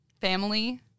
family